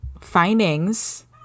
findings